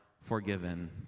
forgiven